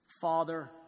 father